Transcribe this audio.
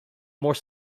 more